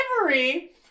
delivery